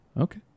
Okay